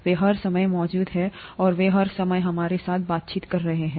वे हर समय मौजूद हैं और वे हर समय हमारे साथ बातचीत कर रहे हैं